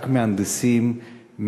רק מהנדסים,